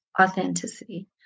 authenticity